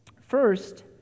First